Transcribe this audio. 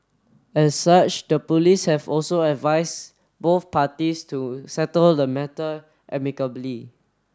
as such the police have also advise both parties to settle the matter amicably